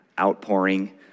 outpouring